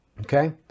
okay